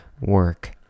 work